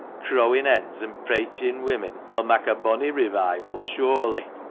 crowin' hens an' preychin' women ull mak a bonny revival sure.